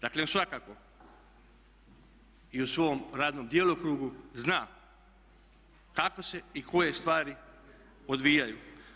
Dakle, svakako i u svom radnom djelokrugu zna kako se i koje stvari odvijaju.